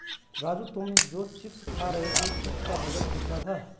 राजू तुम जो चिप्स खा रहे थे चिप्स का वजन कितना था?